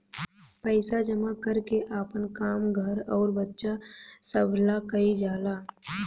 पइसा जमा कर के आपन काम, घर अउर बच्चा सभ ला कइल जाला